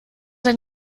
ein